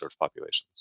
populations